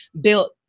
built